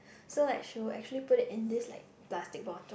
so like she would actually put it in this like plastic bottle